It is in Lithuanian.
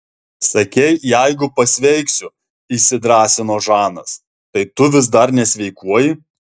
sakei jeigu pasveiksiu įsidrąsino žanas tai tu vis dar nesveikuoji